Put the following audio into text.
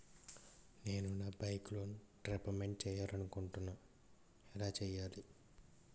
నేను నా bike loan repayment చేయాలనుకుంటున్నా ఎలా చేయాలి?